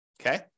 Okay